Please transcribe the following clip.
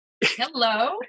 Hello